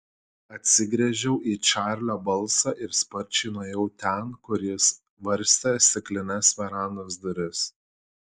atsigręžiau į čarlio balsą ir sparčiai nuėjau ten kur jis varstė stiklines verandos duris